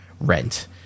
rent